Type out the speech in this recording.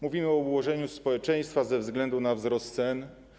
Mówimy o ułożeniu społeczeństwa ze względu na wzrost cen.